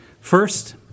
First